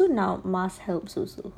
but also now mask helps also